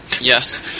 yes